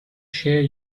share